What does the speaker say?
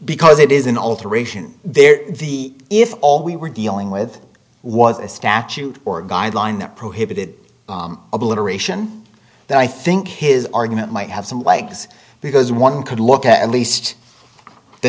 because it is an alteration there the if all we were dealing with was a statute or guideline that prohibited obliteration that i think his argument might have some legs because one could look at least the